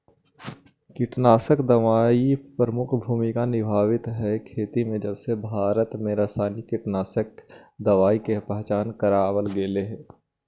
कीटनाशक दवाई प्रमुख भूमिका निभावाईत हई खेती में जबसे भारत में रसायनिक कीटनाशक दवाई के पहचान करावल गयल हे